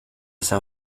san